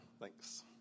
Thanks